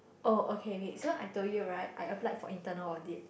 oh okay wait so I told you right I applied for internal audit